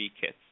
kits